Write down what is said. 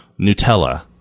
Nutella